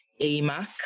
AMAC